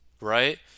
right